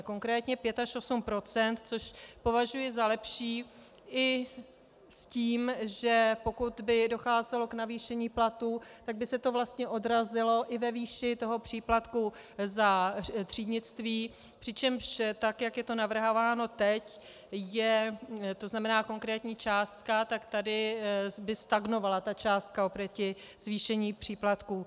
Konkrétně pět až osm procent, což považuji za lepší i s tím, že pokud by docházelo k navýšení platů, tak by se to vlastně odrazilo i ve výši toho příplatku za třídnictví, přičemž tak jak je to navrhováno teď, tzn. konkrétní částka, tak tady by stagnovala ta částka oproti zvýšení příplatku.